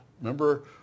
Remember